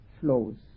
flows